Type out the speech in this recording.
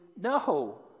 no